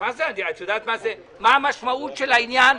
את יודעת מה המשמעות של העניין,